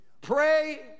pray